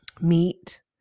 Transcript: meat